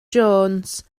jones